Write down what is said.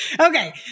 Okay